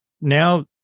now